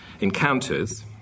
encounters